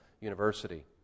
University